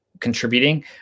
contributing